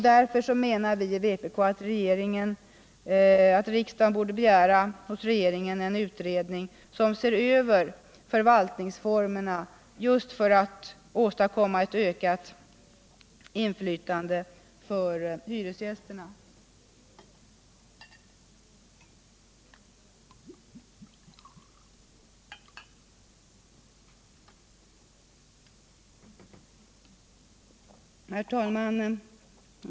Därför menar vpk att riksdagen hos regeringen borde begära en utredning som ser över förvaltningsformerna just för att åstadkomma ett ökat inflytande för hyresgästerna. Herr talman!